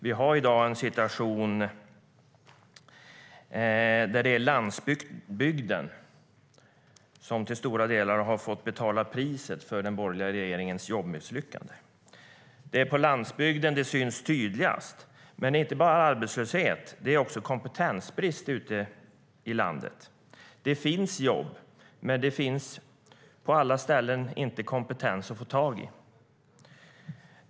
Vi har i dag en situation där det är landsbygden som till stora delar har fått betala priset för den borgerliga regeringens jobbmisslyckande. Det är på landsbygden det syns tydligast, men det är inte bara arbetslöshet. Det är också kompetensbrist ute i landet. Det finns jobb, men det finns inte kompetens att få tag i på alla ställen.